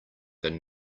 than